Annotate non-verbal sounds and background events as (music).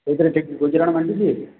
ସେଇଥିରେ (unintelligible) ଗୁଜୁରାଣ ମେଣ୍ଟୁଛି